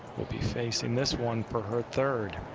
will be facing this one for her third.